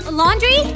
laundry